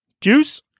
Juice